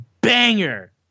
banger